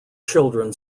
children